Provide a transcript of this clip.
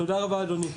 תודה רבה, אדוני.